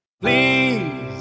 Please